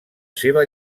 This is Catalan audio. seva